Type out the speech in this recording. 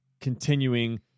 continuing